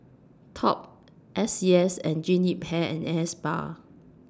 Top S C S and Jean Yip Hair and Hair Spa